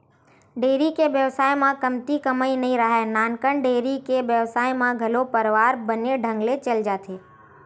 dairy के बेवसाय म कमती कमई नइ राहय, नानकन डेयरी के बेवसाय म घलो परवार बने ढंग ले चल जाथे